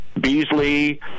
Beasley